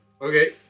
Okay